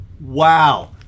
Wow